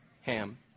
Ham